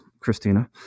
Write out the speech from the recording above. Christina